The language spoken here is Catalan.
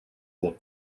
punt